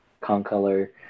concolor